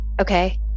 okay